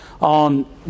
on